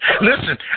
Listen